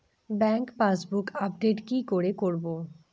Bank passbook update কি করে করবো?